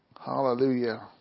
Hallelujah